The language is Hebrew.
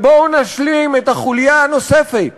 ובואו נשלים את החוליה הנוספת: